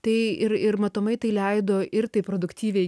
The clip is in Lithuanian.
tai ir ir matomai tai leido ir tai produktyviai